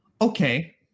Okay